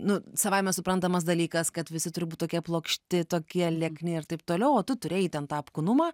nu savaime suprantamas dalykas kad visi turi būt tokie plokšti tokie liekni ir taip toliau o tu turėjai ten tą apkūnumą